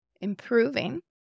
improving